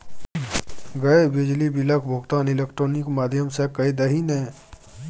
गै बिजली बिलक भुगतान इलेक्ट्रॉनिक माध्यम सँ कए दही ने